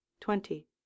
Twenty